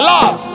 Love